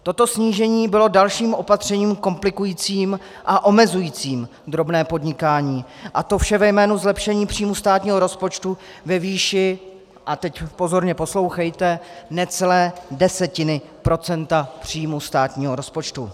Toto snížení bylo dalším opatřením komplikujícím a omezujícím drobné podnikání, a to vše ve jménu zlepšení příjmu státního rozpočtu ve výši a teď pozorně poslouchejte necelé desetiny procenta příjmu státního rozpočtu.